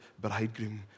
bridegroom